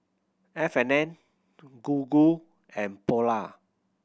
F and N Gogo and Polar